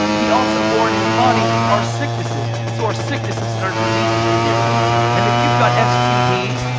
he also bore in his body our sicknesses, so our sicknesses and our diseases can be removed. and if you've got stds,